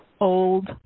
old